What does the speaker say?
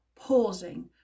pausing